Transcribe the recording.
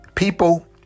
People